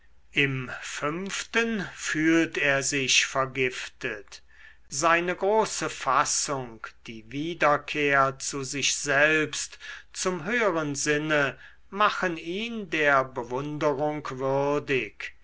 im fünften fühlt er sich vergiftet seine große fassung die wiederkehr zu sich selbst zum höheren sinne machen ihn der bewunderung würdig